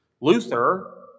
Luther